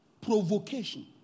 provocation